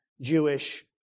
Jewish